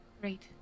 great